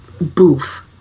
boof